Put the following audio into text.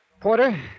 Porter